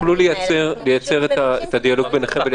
תוכלו לייצר את הדיאלוג ביניכם?